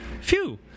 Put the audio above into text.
Phew